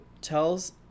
tells